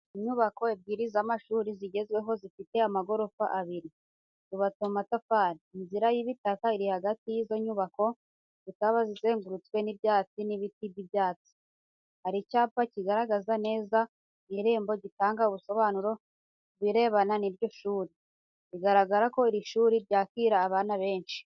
Inyubako ebyiri z'amashuri zigezweho, zifite amagorofa abiri, zubatse mu matafari. Inzira y'ibitaka iri hagati y'izo nyubako, zikaba zizengurutswe n'ibyatsi n'ibiti by'ibyatsi. Hari icyapa kigaragara neza mu irembo gitanga ubusobanuro ku birebana n'iryo shuri, bigaragara ko iri shuri ryakira abana benshi.